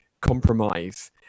compromise